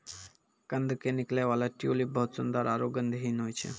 कंद के निकलै वाला ट्यूलिप बहुत सुंदर आरो गंधहीन होय छै